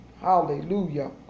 Hallelujah